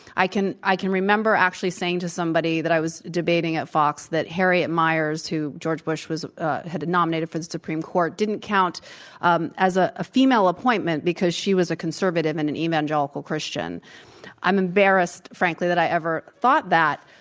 i can i can remember actually saying to somebody that i was debating at fox that harriet miers who george bush was had nominated for the supreme court didn't count um as ah a female appointment, because she was a conservative and an evangelical christian i'm embarrassed, frankly, that i ever thought that.